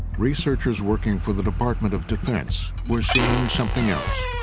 researchers working for the department of defense were seeing something else.